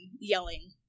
yelling